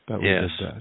yes